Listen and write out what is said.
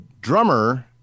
drummer